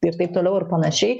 ir taip toliau ir panašiai